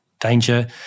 danger